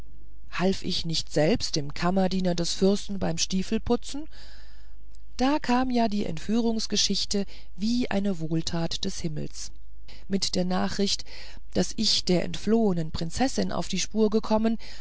half ich nicht selbst dem kammerdiener des fürsten beim stiefelputzen da kam ja die entführungsgeschichte wie eine wohltat des himmels mit der nachricht daß ich der entflohenen prinzessin auf die spur gekommen